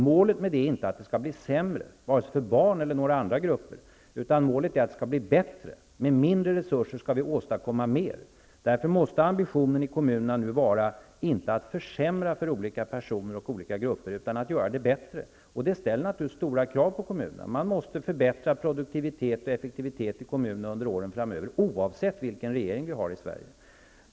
Målet med det är inte att det skall bli sämre, varken för barn eller några andra grupper. Målet är att det skall bli bättre. Vi skall åstadkomma mer med mindre resurser. Därför måste ambitionen i kommunerna vara att inte försämra för olika personer och olika grupper, utan att göra det bättre för dem. Det ställer naturligtvis stora krav på kommunerna. Det måste förbättra produktivitet och effektivitet i kommunerna under åren framöver, oavsett vilken regering vi har i Sverige.